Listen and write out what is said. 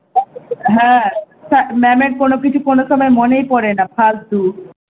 হ্যাঁ হ্যাঁ ম্যামের কোনো কিছু কোনো সময় মনেই পড়ে না ফালতু